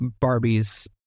Barbie's